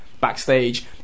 backstage